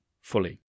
fully